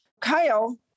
Kyle